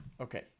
okay